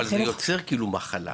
אבל זה יוצר מחלה.